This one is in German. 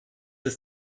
ist